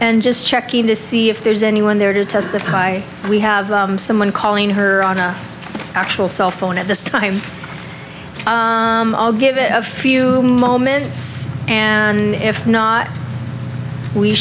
and just checking to see if there's anyone there to testify we have someone calling her on a actual cell phone at this time i'll give it a few moments and if not we